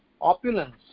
opulence